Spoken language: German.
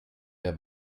der